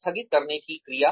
स्थगित करने की क्रिया